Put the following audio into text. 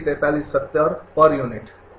તે છે